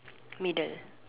middle